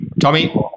Tommy